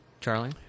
Charlie